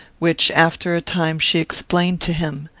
which, after a time, she explained to him.